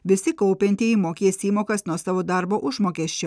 visi kaupiantieji mokės įmokas nuo savo darbo užmokesčio